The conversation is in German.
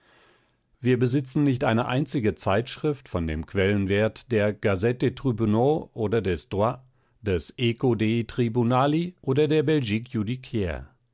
wir besitzen nicht eine einzige zeitschrift von dem quellenwert der gazette des tribunaux oder des droit des eco dei tribunali oder der